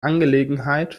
angelegenheit